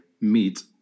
meet